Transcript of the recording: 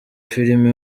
filime